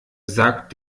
sagt